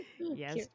Yes